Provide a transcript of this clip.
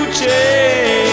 change